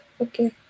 okay